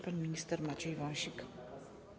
Pan minister Maciej Wąsik.